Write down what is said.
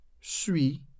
suis